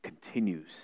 continues